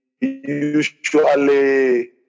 usually